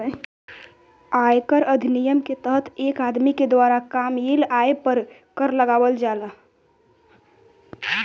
आयकर अधिनियम के तहत एक आदमी के द्वारा कामयिल आय पर कर लगावल जाला